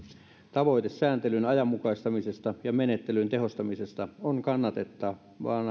tavoite sääntelyn ajanmukaistamisesta ja menettelyn tehostamisesta on kannatettava